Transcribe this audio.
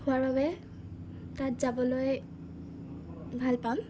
খোৱাৰ বাবে তাত যাবলৈ ভাল পাম